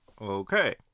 Okay